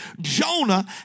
Jonah